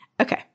okay